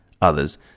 others